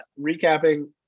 recapping